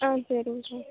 ஆ சரிங்க்கா